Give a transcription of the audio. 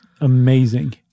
amazing